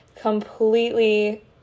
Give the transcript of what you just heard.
completely